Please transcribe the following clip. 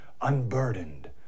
unburdened